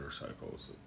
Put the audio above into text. motorcycles